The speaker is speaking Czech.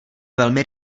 velmi